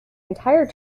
entire